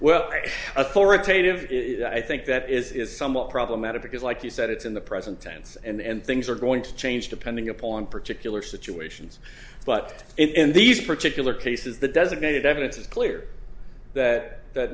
well authoritative i think that is is somewhat problematic because like you said it's in the present tense and things are going to change depending upon particular situations but in these particular cases the designated evidence is clear that that